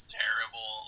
terrible